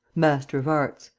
master of arts,